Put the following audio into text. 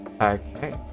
Okay